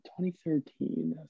2013